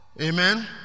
Amen